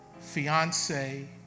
fiance